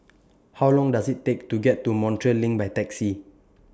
How Long Does IT Take to get to Montreal LINK By Taxi